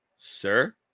sir